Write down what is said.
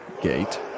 gate